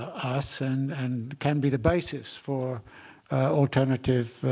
us. and and can be the basis for alternative